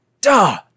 duh